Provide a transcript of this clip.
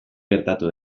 gertatu